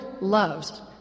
loves